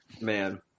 Man